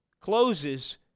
closes